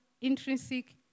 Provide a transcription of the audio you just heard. intrinsic